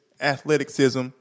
athleticism